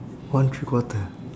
one three quarter